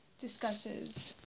discusses